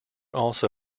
also